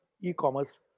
e-commerce